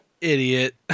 Idiot